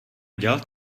dělat